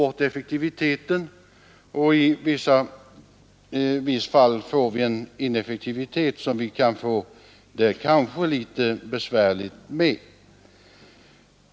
Resultatet kan bli en ineffektivitet som vi får det besvärligt med.